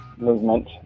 movement